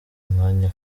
mwanya